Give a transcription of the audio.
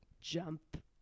jump